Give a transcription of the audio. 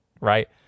right